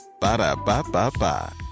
Ba-da-ba-ba-ba